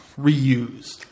reused